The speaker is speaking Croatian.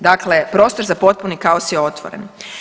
Dakle, prostor za potpuni kaos je otvoren.